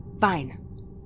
Fine